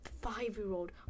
five-year-old